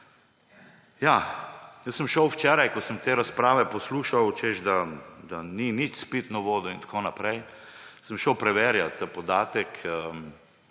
Jaz sem šel včeraj, ko sem te razprave poslušal, češ, da ni nič s pitno vodo in tako naprej, preverjat podatek